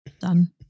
Done